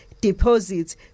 deposits